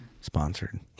Sponsored